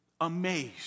amazed